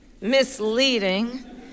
misleading